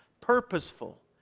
purposeful